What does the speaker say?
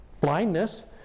blindness